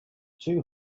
two